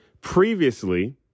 previously